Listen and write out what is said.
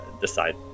decide